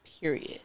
period